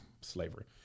slavery